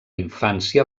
infància